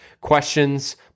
questions